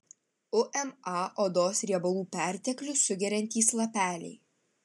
uma odos riebalų perteklių sugeriantys lapeliai